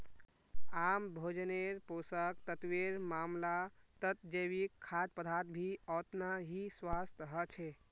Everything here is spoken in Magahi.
आम भोजन्नेर पोषक तत्वेर मामलाततजैविक खाद्य पदार्थ भी ओतना ही स्वस्थ ह छे